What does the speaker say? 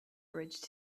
bridge